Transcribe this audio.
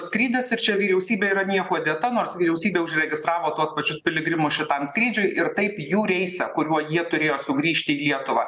skrydis ir čia vyriausybė yra niekuo dėta nors vyriausybė užregistravo tuos pačius piligrimus šitam skrydžiui ir taip jų reisą kuriuo jie turėjo sugrįžt į lietuvą